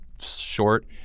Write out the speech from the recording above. short